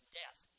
death